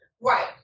Right